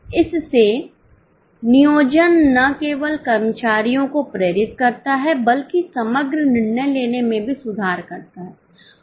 इसलिए नियोजन न केवल कर्मचारियों को प्रेरित करता है बल्कि समग्र निर्णय लेने में भी सुधार करता है